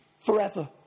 forever